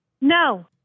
No